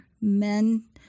Men